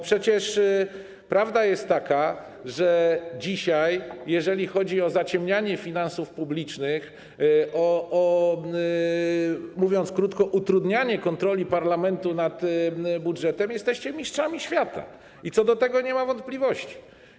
Przecież prawda jest taka, że dzisiaj, jeżeli chodzi o zaciemnianie finansów publicznych przez, mówiąc krótko, utrudnianie kontroli parlamentu nad budżetem, jesteście mistrzami świata i co do tego nie ma wątpliwości.